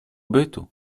bytu